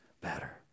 better